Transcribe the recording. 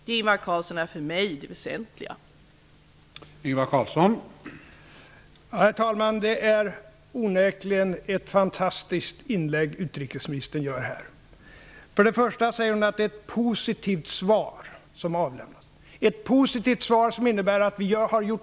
Det är för mig det väsentliga, Ingvar Carlsson.